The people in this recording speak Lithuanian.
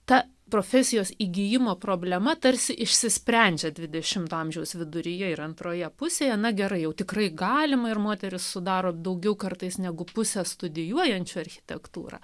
ta profesijos įgijimo problema tarsi išsisprendžia dvidešimto amžiaus viduryje ir antroje pusėje na gerai jau tikrai galima ir moterys sudaro daugiau kartais negu pusė studijuojančių architektūrą